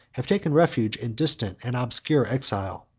have taken refuge in distant and obscure exile.